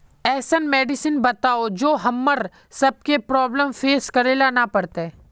ऐसन मेडिसिन बताओ जो हम्मर सबके प्रॉब्लम फेस करे ला ना पड़ते?